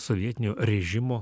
sovietinio režimo